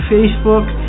Facebook